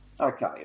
Okay